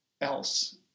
else